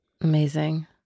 Amazing